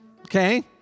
Okay